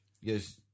Yes